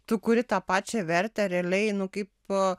tu kuri tą pačią vertę realiai nu kaip